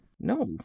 No